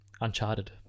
Uncharted